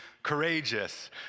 Courageous